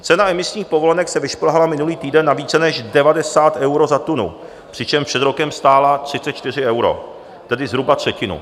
Cena emisních povolenek se vyšplhala minulý týden na více než 90 euro za tunu, přičemž před rokem stála 34 euro, tedy zhruba třetinu.